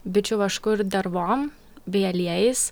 bičių vašku ir dervom bei aliejais